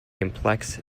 complex